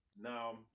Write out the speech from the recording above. now